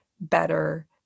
better